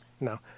no